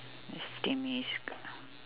it's fifteen minutes